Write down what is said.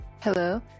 Hello